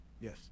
Yes